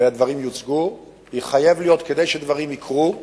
והדברים יוצגו, כדי שדברים יקרו,